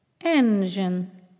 Engine